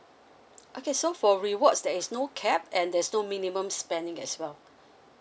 okay so for rewards there is no cap and there is no minimum spending as well